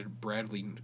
Bradley